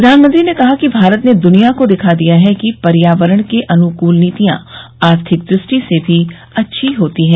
प्रधानमंत्री ने कहा कि भारत ने दुनिया को दिखा दिया है कि पर्यावरण के अनुकूल नीतियां आर्थिक दृष्टि से भी अच्छी होती हैं